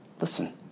listen